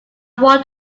want